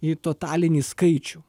į totalinį skaičių